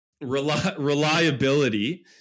reliability